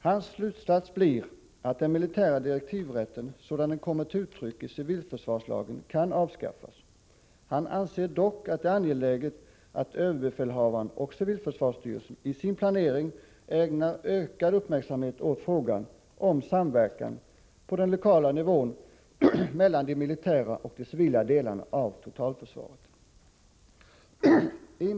Hans slutsats blir att den militära direktivrätten sådan den kommer till uttryck i civilförsvarslagen kan avskaffas. Han anser dock att det är angeläget att överbefälhavaren och civilförsvarsstyrelsen i sin planering ägnar ökad uppmärksamhet åt frågan om samverkan på den lokala nivån mellan de militära och de civila delarna av totalförsvaret.